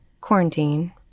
quarantine